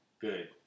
Good